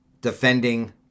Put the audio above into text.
defending